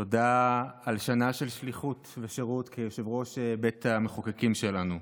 תודה על שנה של שליחות ושירות כיושב-ראש בית המחוקקים שלנו.